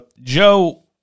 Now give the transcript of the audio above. Joe